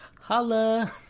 Holla